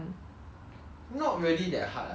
not not really that hard like